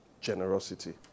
generosity